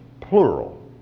plural